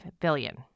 billion